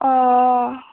অঁ